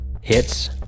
Hits